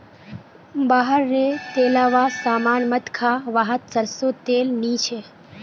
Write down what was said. बाहर रे तेलावा सामान मत खा वाहत सरसों तेल नी छे